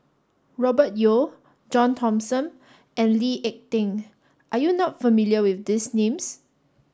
Robert Yeo John Thomson and Lee Ek Tieng are you not familiar with these names